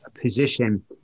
position